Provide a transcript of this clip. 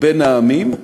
בין העמים,